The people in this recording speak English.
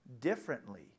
differently